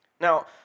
Now